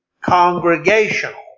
congregational